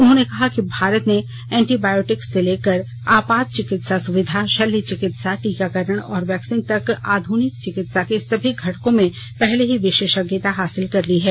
उन्होंने कहा कि भारत ने एंटीबायोटिक्स से लेकर आपात चिकित्सा सुविधा शल्य चिकित्सा टीकाकरण और वैक्सीन तक आधुनिक चिकित्सा के सभी घटकों में पहले ही विशेषज्ञता हासिल कर ली है